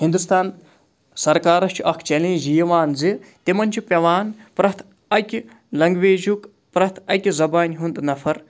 ہِندُستان سَرکارَس چھُ اَکھ چٮ۪لینٛج یہِ یِوان زِ تِمَن چھُ پٮ۪وان پرٛٮ۪تھ اَکہِ لنٛگویجُک پرٛٮ۪تھ اَکہِ زَبانہِ ہُنٛد نَفَر